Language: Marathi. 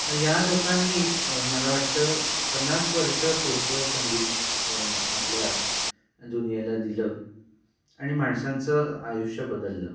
या लोकांनी मला वाटतं पन्नास वर्ष पुढचं संगीत आपल्या दुनियेला दिलं आणि माणसांचं आयुष्य बदललं